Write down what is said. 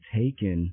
taken